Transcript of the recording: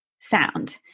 sound